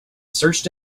searched